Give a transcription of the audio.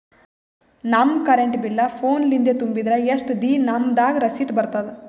ನಮ್ current bill ಫೋನ ಲಿಂದೇ ತುಂಬಿದ್ರ, ಎಷ್ಟ ದಿ ನಮ್ ದಾಗ ರಿಸಿಟ ಬರತದ?